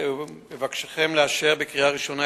ואבקשכם לאשר בקריאה ראשונה,